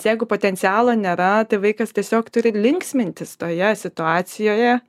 jeigu potencialo nėra tai vaikas tiesiog turi linksmintis toje situacijoje